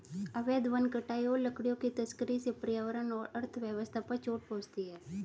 अवैध वन कटाई और लकड़ियों की तस्करी से पर्यावरण और अर्थव्यवस्था पर चोट पहुँचती है